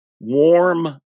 Warm